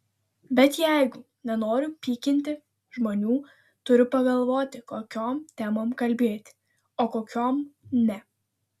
bet jeigu nenoriu pykinti žmonių turiu pagalvoti kokiom temom kalbėti o kokiom ne